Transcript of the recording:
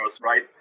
right